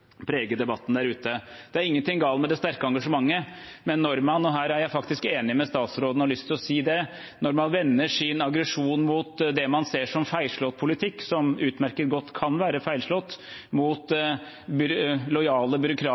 debatten der ute. Det er ingenting galt med det sterke engasjementet, men når man – her er jeg faktisk enig med statsråden, og har lyst til å si det – vender sin aggresjon mot det man ser som feilslått politikk, som utmerket godt kan være feilslått, mot lojale